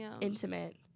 intimate